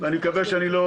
ואני מקווה שאני לא